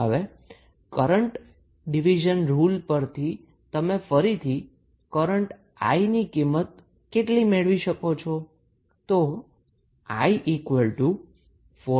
હવે current division rule પરથી તમે ફરીથી કરન્ટ I ની કિંમત કેટલી મેળવે શકો છો